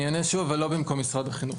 ולא במקום משרד החינוך,